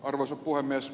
arvoisa puhemies